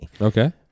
Okay